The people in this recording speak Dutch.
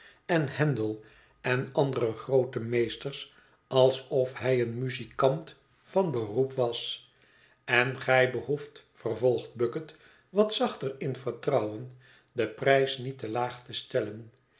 en handel en andere groote meesters alsof hij een muzikant van beroep was en gij behoeft vervolgt bucket wat zachter in vertrouwen den prijs niet te laag te stellen